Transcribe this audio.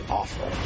awful